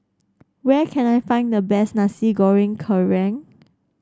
where can I find the best Nasi Goreng Kerang